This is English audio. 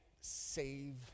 save